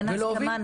אין הסכמה.